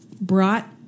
brought